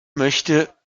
möchte